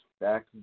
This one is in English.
back